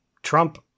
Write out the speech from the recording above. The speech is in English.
Trump